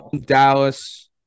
Dallas